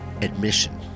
Admission